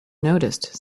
noticed